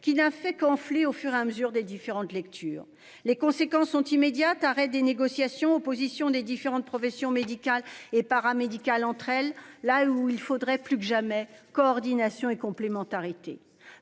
qui n'a fait qu'enfler au fur et à mesure des différentes lectures les conséquences sont immédiates, arrêt des négociations opposition des différentes professions médicales et paramédicales entre elles là où il faudrait plus que jamais coordination et complémentarité